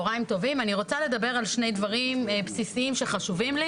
אני רוצה לדבר על שני דברים בסיסיים שחשובים לי,